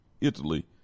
Italy